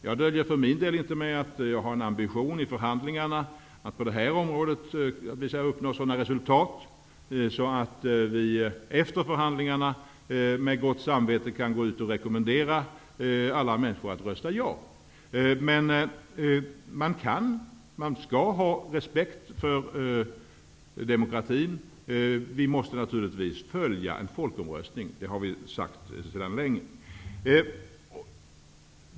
Jag döljer för min del inte att jag har ambitionen att i förhandlingarna på detta område visa upp sådana resultat, att vi efter förhandlingarna med gott samvete kan gå ut och rekommendera alla människor att rösta ja. Men vi skall ha respekt för demokratin. Vi måste naturligtvis följa resultatet av en folkomröstning. Detta har vi sagt länge.